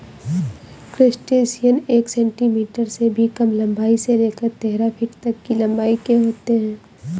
crustacean एक centimetre से भी कम लंबाई से लेकर तेरह फीट तक की लंबाई के होते हैं